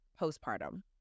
postpartum